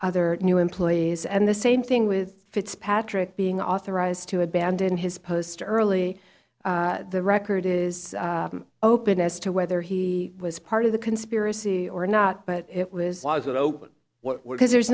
other new employees and the same thing with fitzpatrick being authorized to abandon his post early the record is open as to whether he was part of the conspiracy or not but it was because there's